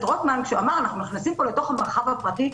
רוטמן: אנחנו נכנסים לתוך המרחב הפרטי,